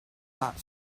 that